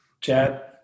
Chad